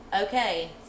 okay